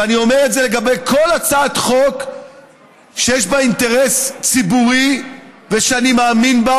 ואני אומר את זה לגבי כל הצעת חוק שיש בה אינטרס ציבורי ושאני מאמין בה,